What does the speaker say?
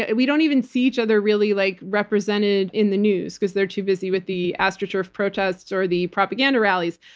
and we don't even see each other really like represented in the news, because they're too busy with the astroturf protests or the propaganda rallies.